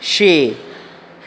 छे